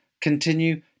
continue